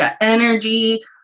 energy